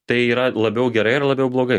tai yra labiau gerai ar labiau blogai